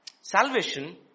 salvation